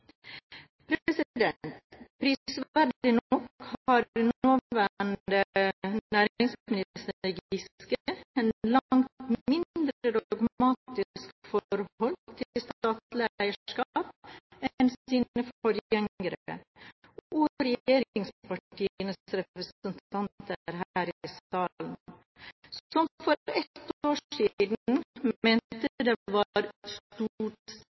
Prisverdig nok har nåværende næringsminister Giske et langt mindre dogmatisk forhold til statlig eierskap enn sine forgjengere og regjeringspartienes representanter her i salen, som for ett år siden mente det var